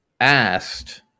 asked